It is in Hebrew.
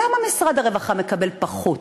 למה משרד הרווחה מקבל פחות?